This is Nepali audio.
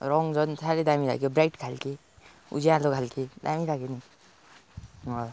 रङ झन् साह्रै राम्रो लाग्यो क्या ब्राइट खाल्के उज्यालो खाल्के दामी लाग्यो नि हँ